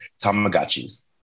Tamagotchis